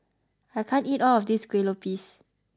I can't eat all of this kuih lopes